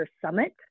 Summit